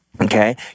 okay